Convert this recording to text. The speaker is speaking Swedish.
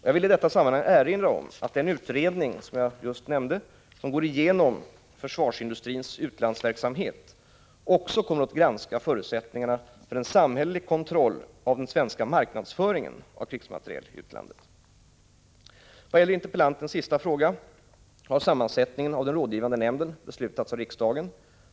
Jag vill i detta sammanhang erinra om att den utredning, som jag just nämnde, som går igenom försvarsindustrins utlandsverksamhet också kommer att granska förutsättningarna för en samhällelig kontroll av den svenska marknadsföringen av krigsmateriel i utlandet. Vad gäller interpellantens sista fråga har sammansättningen av den rådgivande nämnden beslutats av riksdagen.